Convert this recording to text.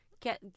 get